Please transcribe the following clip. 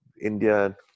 India